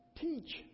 Teach